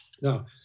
Now